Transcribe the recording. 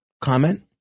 comment